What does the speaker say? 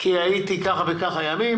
כי הייתי כך וכך ימים,